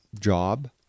job